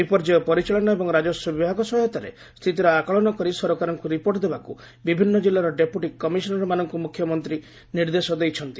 ବିପର୍ଯ୍ୟୟ ପରିଚାଳନା ଏବଂ ରାଜସ୍ୱ ବିଭାଗ ସହାୟତାରେ ସ୍ଥିତିର ଆକଳନ କରି ସରକାରଙ୍କୁ ରିପୋର୍ଟ ଦେବାକୁ ବିଭିନ୍ନ କିଲ୍ଲାର ଡେପୁଟି କମିଶନରଙ୍କୁ ମୁଖ୍ୟମନ୍ତ୍ରୀ ନିର୍ଦ୍ଦେଶ ଦେଇଛନ୍ତି